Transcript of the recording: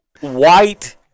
white